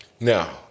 Now